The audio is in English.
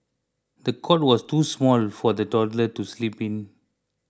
the cot was too small for the toddler to sleep in